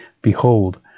Behold